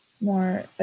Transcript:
more